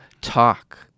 talk